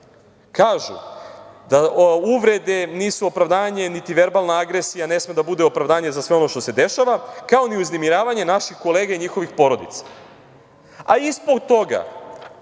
kažu da uvrede nisu opravdanje, niti verbalna agresija ne sme da bude opravdanje za sve ono što se dešava, kao ni uznemiravanje naših kolega i njihovih porodica, a ispod toga